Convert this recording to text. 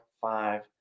five